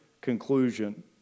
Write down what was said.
conclusion